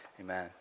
amen